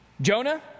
Jonah